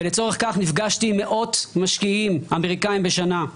ולצורך כך נפגשתי עם מאות משקיעים אמריקאים בשנה.